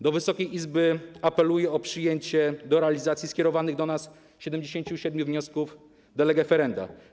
Do Wysokiej Izby apeluję o przyjęcie do realizacji skierowanych do nas 77 wniosków de lege ferenda.